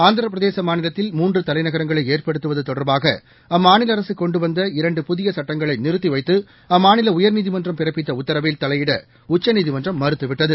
ஆந்திரப்பிரதேச மாநிலத்தில் மூன்று தலைநகரங்களை ஏற்படுத்துவது தொடர்பாக அம்மாநில அரசு கொண்டு வந்த இரண்டு புதிய சுட்டங்களை நிறுத்தி வைத்து அம்மாநில உயர்நீதிமன்றம் பிறப்பித்த உத்தரவில் தலையிட உச்சநீதிமன்றம் மறுத்துவிட்டது